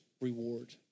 reward